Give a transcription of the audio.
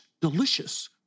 delicious